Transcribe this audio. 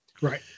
Right